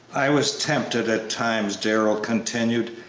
i was tempted at times, darrell continued,